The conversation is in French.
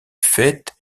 faîte